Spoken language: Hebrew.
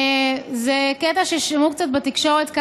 זה קטע ששמעו קצת בתקשורת,